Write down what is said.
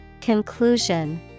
Conclusion